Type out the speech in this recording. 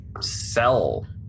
sell